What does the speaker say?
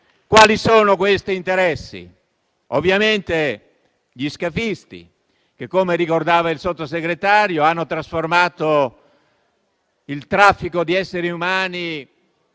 quali sono questi interessi: